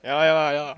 ya ya lah ya lah